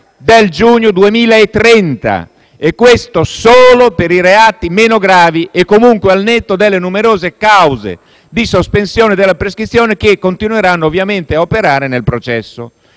del giugno 2030 e questo solo per i reati meno gravi e comunque al netto delle numerose cause di sospensione della prescrizione, che continueranno ovviamente ad operare nel processo.